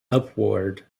upward